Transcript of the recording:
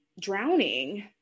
drowning